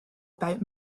about